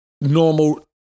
normal